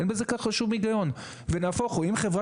או שחברה